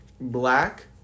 black